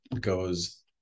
goes